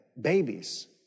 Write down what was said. babies